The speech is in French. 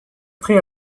près